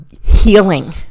healing